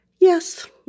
Yes